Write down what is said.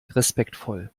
respektvoll